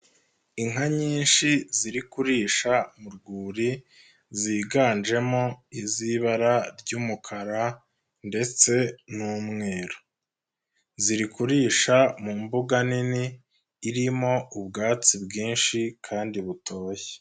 Inka nyinshi ziri kurisha mu rwuri ziganjemo iz'ibara ry'umukara ndetse n'umweru, ziri kurisha mu mbuga nini irimo ubwatsi bwinshi kandi butoshye.